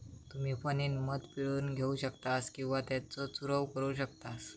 तुम्ही फणीनं मध पिळून घेऊ शकतास किंवा त्येचो चूरव करू शकतास